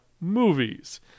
movies